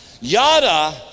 Yada